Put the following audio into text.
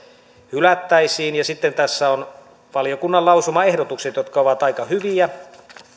hylättäisiin ja sitten nämä valiokunnan lausumaehdotukset tässä ovat aika hyviä